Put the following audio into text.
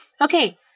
Okay